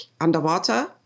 underwater